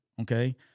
Okay